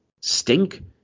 stink